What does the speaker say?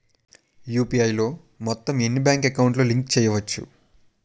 UPI లో మొత్తం ఎన్ని బ్యాంక్ అకౌంట్ లు లింక్ చేయచ్చు?